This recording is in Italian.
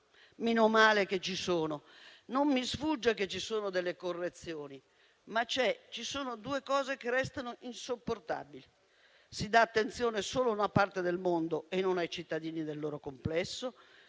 meno male che ci sono. Non mi sfugge che occorrano alcune correzioni, ma ci sono due cose che restano insopportabili. Si dà attenzione solo a una parte del mondo e non ai cittadini nel loro complesso